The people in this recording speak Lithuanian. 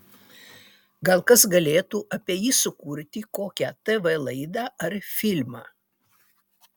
gal kas galėtų apie jį sukurti kokią tv laidą ar filmą